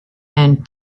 and